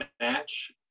match